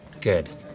Good